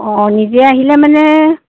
অ' নিজে আহিলে মানে